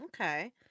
Okay